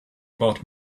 about